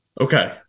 Okay